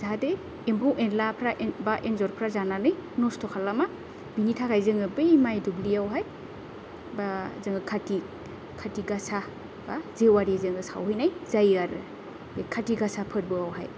जाहाथे एम्फौ एनलाफ्रा बा एन्जरफ्रा जानानै नस्थ' खालामा बिनि थाखाय जोङो बै माइ दुब्लियावहाय बा जोङो खाथि गासा जेवारि जोङो सावहैनाय जायो आरो बे खाथि गासा फोरबोआवहाय